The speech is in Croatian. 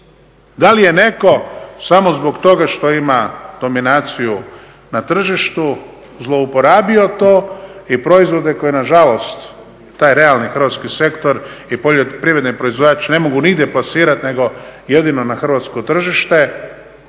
Da li je netko samo zbog toga što ima dominaciju na tržištu zlouporabio to i proizvode koje nažalost taj realni hrvatski sektor i poljoprivredni proizvođač ne mogu nigdje plasirati nego jedino na hrvatsko tržište,